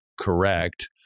correct